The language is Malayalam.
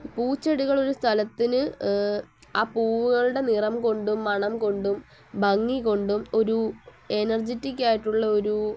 പൂച്ചെടികൾ ഒരു സ്ഥലത്തിന് ആ പൂവുകളുടെ നിറം കൊണ്ടും മണം കൊണ്ടും ഭംഗി കൊണ്ടും ഒരു എനർജറ്റിക്ക് ആയിട്ടുള്ള ഒരൂ